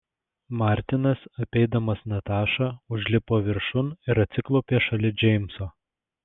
martinas apeidamas natašą užlipo viršun ir atsiklaupė šalia džeimso